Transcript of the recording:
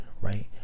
right